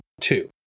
two